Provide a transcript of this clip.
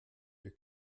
ihr